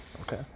Okay